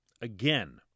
again